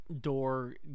door